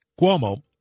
Cuomo